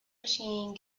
machine